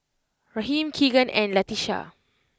Raheem Keegan and Latisha